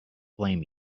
blame